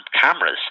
cameras